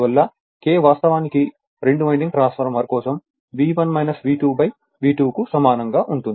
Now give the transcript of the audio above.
అందువల్ల K వాస్తవానికి రెండు వైండింగ్ ట్రాన్స్ఫార్మర్ కోసం V2 కు సమానంగా ఉంటుంది